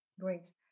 Great